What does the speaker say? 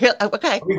okay